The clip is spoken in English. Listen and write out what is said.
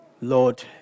Lord